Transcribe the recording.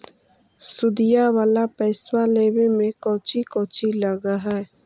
सुदिया वाला पैसबा लेबे में कोची कोची लगहय?